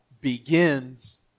begins